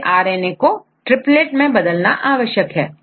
पहले R N A को triplet में बदलना आवश्यक है